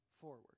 forward